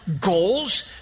goals